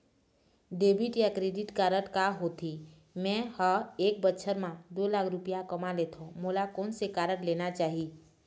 Debit या credit card का होथे, मे ह एक बछर म दो लाख रुपया कमा लेथव मोला कोन से कारड लेना चाही?